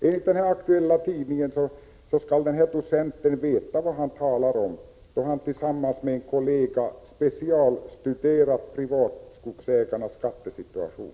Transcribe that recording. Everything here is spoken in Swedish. Enligt den aktuella tidningen vet docenten vad han talar om, då han tillsammans med en kollega har specialstuderat privatskogsägarnas skattesituation.